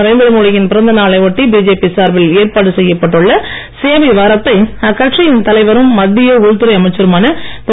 நரேந்திரமோடியின் பிறந்தநாளை ஒட்டி பிஜேபி சார்பில் ஏற்பாடு செய்யப்பட்டு உள்ள சேவை வாரத்தை அக்கட்சியின் தலைவரும் மத்திய உள்துறை அமைச்சருமான திரு